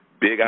big